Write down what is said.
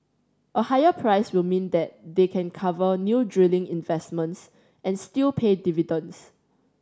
a higher price will mean that they can cover new drilling investments and still pay dividends